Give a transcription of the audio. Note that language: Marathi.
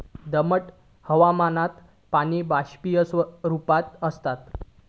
दमट हवामानात पाणी बाष्प रूपात आसता